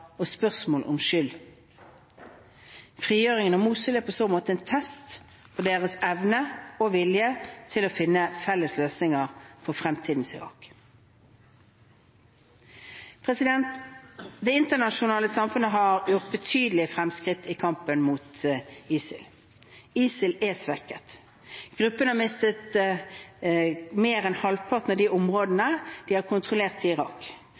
og spørsmål om skyld. Frigjøringen av Mosul er i så måte en test på deres vilje og evne til å finne felles løsninger for fremtidens Irak. Det internasjonale samfunnet har gjort betydelige fremskritt i kampen mot ISIL. ISIL er svekket. Gruppen har mistet mer enn halvparten av områdene de har kontrollert i Irak,